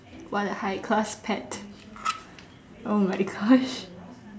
what a high cost pet oh my gosh